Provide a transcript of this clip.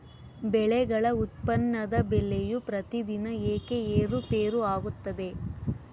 ಬೆಳೆಗಳ ಉತ್ಪನ್ನದ ಬೆಲೆಯು ಪ್ರತಿದಿನ ಏಕೆ ಏರುಪೇರು ಆಗುತ್ತದೆ?